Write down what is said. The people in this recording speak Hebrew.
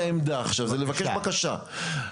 בקשה.